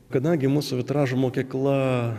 kadangi mūsų vitražo mokykla